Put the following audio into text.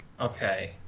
Okay